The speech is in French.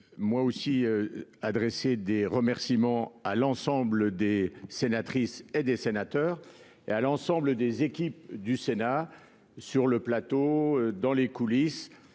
Moi aussi adressé des remerciements à l'ensemble des sénatrices et des sénateurs et à l'ensemble des équipes du Sénat sur le plateau. Dans les coulisses